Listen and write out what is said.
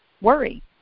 worry